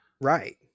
Right